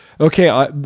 okay